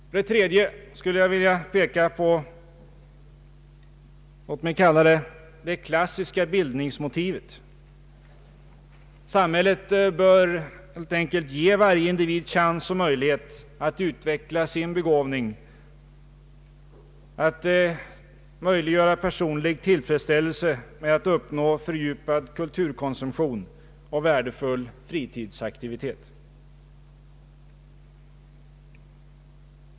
För det tredje skulle jag vilja peka på vad jag vill kalla det klassiska bildningsmotivet. Samhället bör ge varje individ möjlighet att utveckla sin begåvning, att uppnå personlig tillfredsställelse genom fördjupad kulturkonsumtion och värdefull fritidsaktivitet.